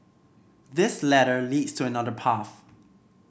this ladder leads to another path